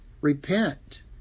Repent